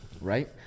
right